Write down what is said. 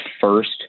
first